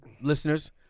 Listeners